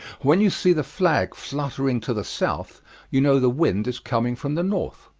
when you see the flag fluttering to the south, you know the wind is coming from the north.